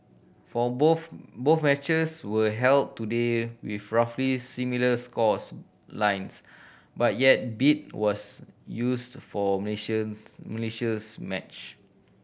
for both both matches were held today with roughly similar scores lines but yet 'beat' was used for Malaysia match